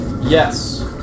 Yes